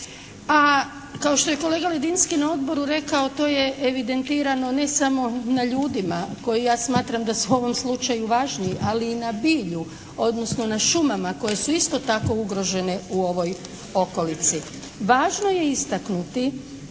A kao što je kolega Ledinski na Odboru rekao to je evidentirano ne samo na ljudima koje ja smatram da su u ovom slučaju važniji, ali i na bilju odnosno na šumama koje su isto tako ugrožene u ovoj okolici. Važno je istaknuti